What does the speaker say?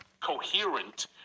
coherent